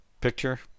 picture